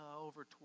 over